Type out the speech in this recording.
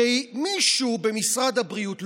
שמישהו במשרד הבריאות,